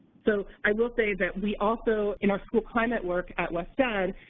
so i will say that we also, in our school climate work at wested,